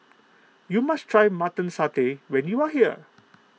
you must try Mutton Satay when you are here